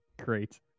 Great